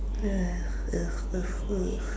ya ugh ugh ugh